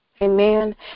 Amen